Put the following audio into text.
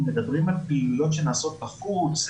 מדברים על פעילויות שנעשות בחוץ,